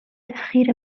اخیر